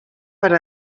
per